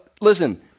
Listen